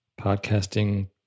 podcasting